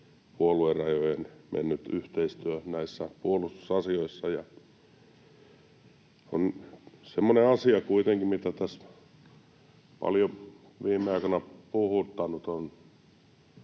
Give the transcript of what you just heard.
puoluerajojen mennyt yhteistyö näissä puolustusasioissa. On semmoinen asia kuitenkin, mikä tässä viime aikoina on